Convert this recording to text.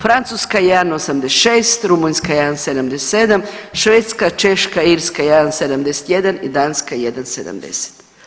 Francuska 1,86, Rumunjska 1,77, Švedska, Češka, Irska 1,71 i Danska 1,70.